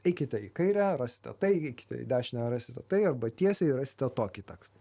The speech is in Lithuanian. eikite į kairę rasite tai eikite į dešinę rasite tai arba tiesiai rasite tokį tekstą